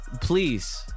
please